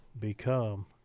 become